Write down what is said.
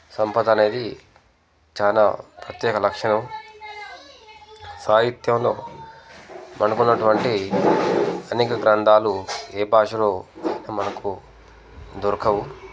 సంపద అనేది చాలా ప్రత్యేక లక్షణం సాహిత్యంలో మనకున్నటువంటి అనేక గ్రంధాలు ఏ భాషలో మనకు దొరకవు